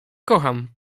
kocham